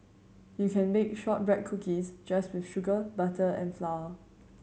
you can bake shortbread cookies just with sugar butter and flour